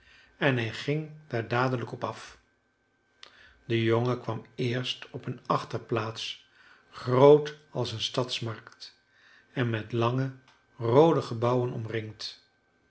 en hij ging daar dadelijk op af de jongen kwam eerst op een achterplaats groot als een stadsmarkt en met lange roode gebouwen omringd